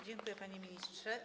Dziękuję, panie ministrze.